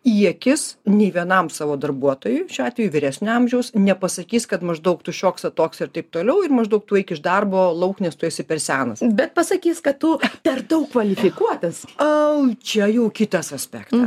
į akis nė vienam savo darbuotojui šiuo atveju vyresnio amžiaus nepasakys kad maždaug tu šioks toks ir taip toliau ir maždaug tuoj iš darbo lauk nes tu esi per senas bet pasakys kad tu per daug kvalifikuotas o čia jau kitas aspektas